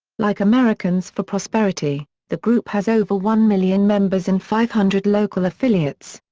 like americans for prosperity, the group has over one million members in five hundred local affiliates.